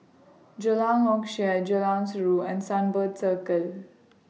Jalan Hock Chye Jalan Surau and Sunbird Circle